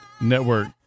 Network